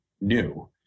new